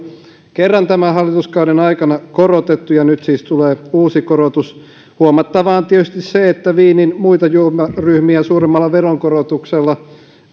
kerran tämän hallituskauden aikana korotettu ja nyt siis tulee uusi korotus huomattavaa on tietysti se että viinin muita juomaryhmiä suuremmalla veronkorotuksella